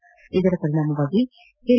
ಅದರ ಪರಿಣಾಮವಾಗಿ ಎಲ್